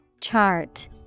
Chart